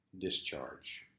discharge